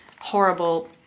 horrible